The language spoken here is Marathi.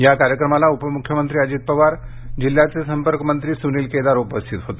या कार्यक्रमाला उपमुख्यमंत्री अजित पवार जिल्ह्याचे संपर्कमंत्री सुनिल केदार उपस्थित होते